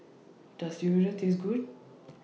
Does Taste Good